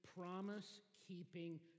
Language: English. promise-keeping